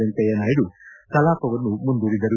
ವೆಂಕಯ್ಯ ನಾಯ್ದು ಕಲಾಪವನ್ನು ಮುಂದೂಡಿದರು